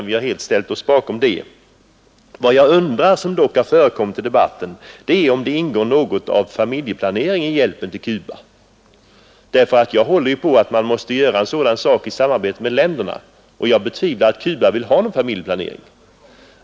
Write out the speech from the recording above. Vi har helt ställt oss bakom det förslaget. Vad jag undrar — som dock har förekommit i debatten — är om det ingår någon familjeplanering i hjälpen till Cuba. Jag anser att sådant måste göras i samarbete med mottagarländerna, och jag betvivlar att Cuba vill ha någon familjeplanering.